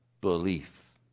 belief